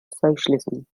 socialism